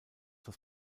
das